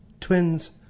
Twins